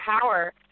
power